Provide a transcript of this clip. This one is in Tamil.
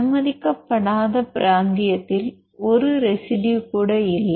அனுமதிக்கப்படாத பிராந்தியத்தில் ஒரு ரெசிடுயு கூட இல்லை